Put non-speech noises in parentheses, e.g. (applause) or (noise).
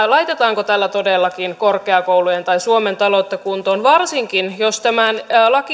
(unintelligible) laitetaanko tällä todellakin korkeakoulujen tai suomen taloutta kuntoon varsinkin jos tämän